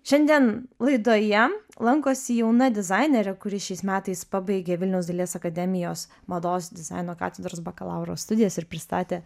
šiandien laidoje lankosi jauna dizainerė kuri šiais metais pabaigė vilniaus dailės akademijos mados dizaino katedros bakalauro studijas ir pristatė